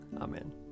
Amen